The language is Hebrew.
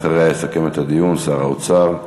אחריה יסכם את הדיון שר האוצר,